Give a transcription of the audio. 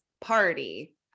party